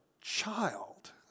child